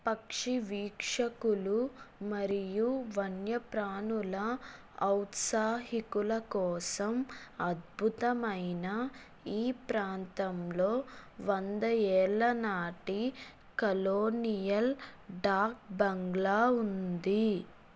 పక్షి వీక్షకులు మరియు వన్యప్రాణుల ఔత్సాహికుల కోసం అద్భుతమైన ఈ ప్రాంతంలో వంద ఏళ్ల నాటి కలోనియల్ డాక్ బంగ్లా ఉంది